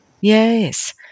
Yes